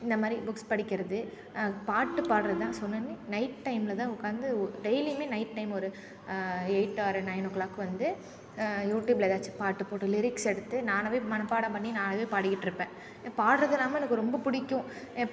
இந்தமாதிரி புக்ஸ் படிக்கிறது பாட்டு பாடுறதுதான் சொன்னேனே நைட் டைம்லதான் உக்காந்து டெய்லியுமே நைட் டைம் ஒரு எயிட் ஆர் நயனோ கிளாக் வந்து யூடியூப்ல ஏதாச்சும் பாட்டு போட்டு லிரிக்ஸ் எடுத்து நானாகவே மனப்பாடம் பண்ணி நானாகவே பாடிக்கிட்ருப்பேன் பாடுறது எல்லாமே எனக்கு ரொம்ப பிடிக்கும்